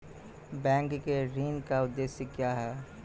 Bank के ऋण का उद्देश्य क्या हैं?